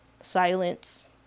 silence